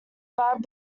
bad